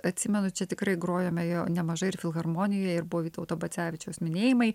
atsimenu čia tikrai grojome jo nemažai ir filharmonijoj ir buvo vytauto bacevičiaus minėjimai